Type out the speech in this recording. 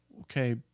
okay